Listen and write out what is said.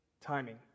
Timing